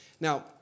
Now